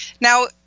Now